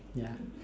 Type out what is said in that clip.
ya